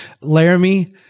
Laramie